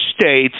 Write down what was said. states